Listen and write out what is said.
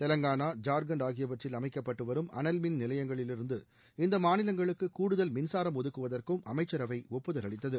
தெலங்கானா ஜார்க்கண்ட் ஆகியவற்றில் அமைக்கப்பட்டுவரும் அனல்மின் நிலையங்களிலிருந்து இந்த மாநிலங்களுக்கு கூடுதல் மின்சாரம் ஒதுக்குவதற்கும் அமைச்சரவை ஒப்புதல் அளித்தது